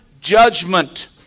judgment